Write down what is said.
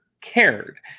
cared